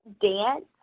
dance